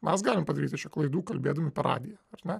mes galim padaryti klaidų kalbėdami per radiją ar ne